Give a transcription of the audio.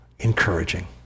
Encouraging